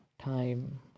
time